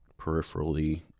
peripherally